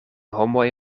homoj